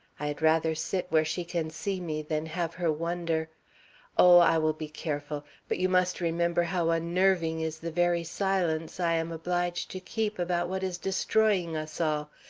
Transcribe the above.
i had rather sit where she can see me than have her wonder oh, i will be careful but you must remember how unnerving is the very silence i am obliged to keep about what is destroying us all.